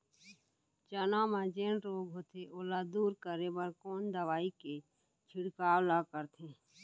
चना म जेन रोग होथे ओला दूर करे बर कोन दवई के छिड़काव ल करथे?